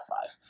five